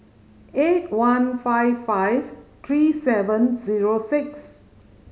eight one five five three seven zero six